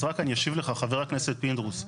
אז רק אני אשיב לך חבר הכנסת פינדרוס.